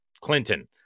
Clinton